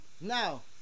Now